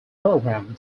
program